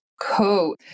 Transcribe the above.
Cool